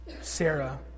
Sarah